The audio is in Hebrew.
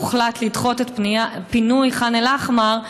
או הוחלט לדחות את פינוי ח'אן אל-אחמר,